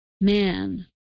man